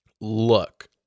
look